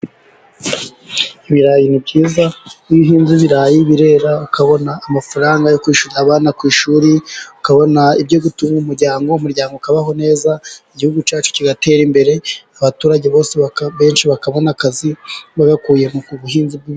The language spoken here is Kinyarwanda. Ibirayi ni byiza, iyo uhinga ibirayi birera ukabona amafaranga yo kwishyurira abana ku ishuri, ukabona ibyo gutunga umuryango, umuryango ukabaho neza, igihugu cyacu kigatera imbere, abaturage benshi bakabona akazi bagakuye mu buhinzi bw'ibi...